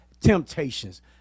Temptations